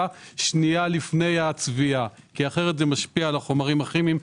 שנייה לפני הצביעה אחרת זה משפיע על החומרים הכימיים,